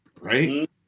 Right